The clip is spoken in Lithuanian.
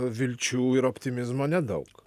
vilčių ir optimizmo nedaug